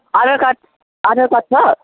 आधार card Aadhaar card छ